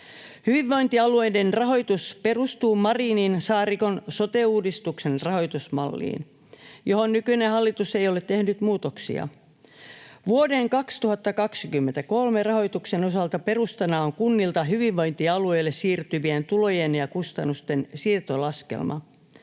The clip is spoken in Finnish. Hyvinvointialueiden rahoitus perustuu Marinin—Saarikon sote-uudistuksen rahoitusmalliin, johon nykyinen hallitus ei ole tehnyt muutoksia. Vuoden 2023 rahoituksen osalta perustana on kunnilta hyvinvointialueille siirtyvien tulojen ja kustannusten siirtolaskelma,